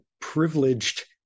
privileged